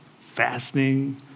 fasting